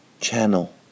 channel